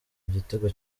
igitego